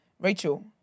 Rachel